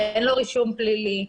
אין לו רישום פלילי.